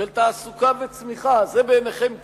של תעסוקה וצמיחה, זה בעיניכם כלום?